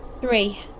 Three